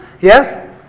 Yes